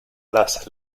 las